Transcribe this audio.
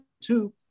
two